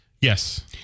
Yes